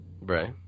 Right